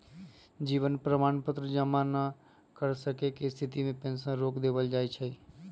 जीवन प्रमाण पत्र जमा न कर सक्केँ के स्थिति में पेंशन रोक देल जाइ छइ